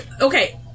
okay